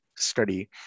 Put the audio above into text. study